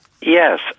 yes